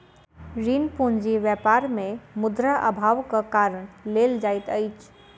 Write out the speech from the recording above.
ऋण पूंजी व्यापार मे मुद्रा अभावक कारण लेल जाइत अछि